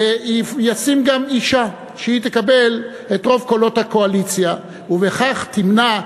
ותשים גם אישה שתקבל את רוב קולות הקואליציה ובכך תמנע,